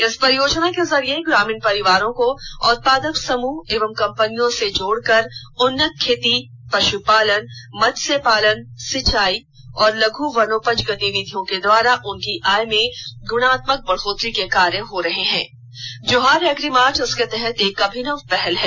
इस परियोजना के जरिए ग्रामीण परिवारों को उत्पादक समूह एवं कंपनियों से जोड़कर उन्नत खेती पशुपालन मत्स्य पालन सिंचाई लघु वनोपज इत्यादि गतिविधियों के द्वारा उनकी आय में गुणात्मक बढ़ोतरी के कार्य हो रहे हैं जोहार एग्री मार्ट इसके तहत एक अभिनव पहल है